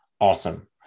awesome